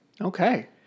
Okay